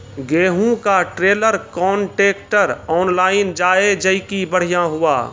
गेहूँ का trailer contractor online जाए जैकी बढ़िया हुआ